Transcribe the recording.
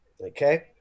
Okay